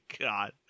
God